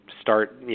start